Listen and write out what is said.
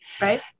Right